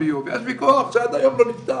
זו זכותו וכבודו לעשות מה הוא רוצה,